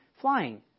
Flying